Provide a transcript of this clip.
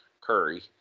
curry